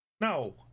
No